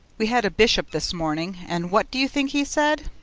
we had a bishop this morning, and what do you think he said?